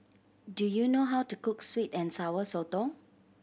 do you know how to cook sweet and Sour Sotong